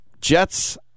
Jets